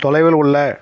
தொலைவில் உள்ள